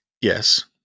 Yes